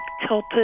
tilted